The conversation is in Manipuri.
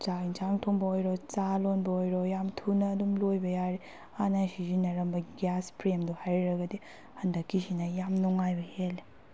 ꯆꯥꯛ ꯏꯟꯁꯥꯡ ꯊꯣꯡꯕ ꯑꯣꯏꯔꯣ ꯆꯥ ꯂꯣꯟꯕ ꯑꯣꯏꯔꯣ ꯌꯥꯝ ꯊꯨꯅ ꯑꯗꯨꯝ ꯂꯣꯏꯕ ꯌꯥꯏ ꯍꯥꯟꯅ ꯁꯤꯖꯤꯟꯅꯔꯝꯕ ꯒ꯭ꯌꯥꯁ ꯐ꯭ꯔꯦꯝꯗꯣ ꯍꯥꯏꯔꯨꯔꯒꯗꯤ ꯍꯟꯗꯛꯀꯤꯁꯤꯅ ꯌꯥꯝ ꯅꯨꯡꯉꯥꯏꯕ ꯍꯦꯜꯂꯦ